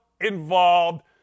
involved